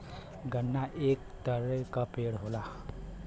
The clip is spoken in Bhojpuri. गन्ना एक तरे क पेड़ होला